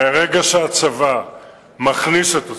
מהרגע שהצבא מכניס את עצמו,